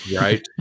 right